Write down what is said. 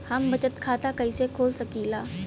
हम बचत खाता कईसे खोल सकिला?